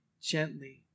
gently